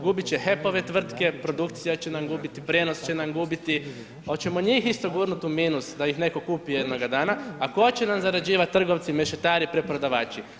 Gubit će HEP-ove tvrtke, produkcija će nam gubiti, prijenos će nam gubiti, hoćemo njih isto gurnuti u minus da ih netko kupi jednoga dana, a tko će nam zarađivati, trgovci, mešetari, preprodavači.